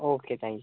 okay thank you